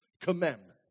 commandment